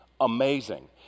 amazing